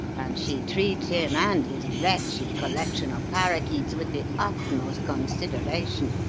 and she treats him and his wretched collection of parakeets with the utmost consideration.